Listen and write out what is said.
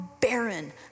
barren